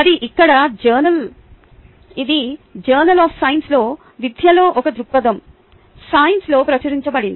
ఇది ఇక్కడ జర్నల్ ఇది సైన్స్ లో విద్యలో ఒక దృక్పథం సైన్స్ లో ప్రచురించబడింది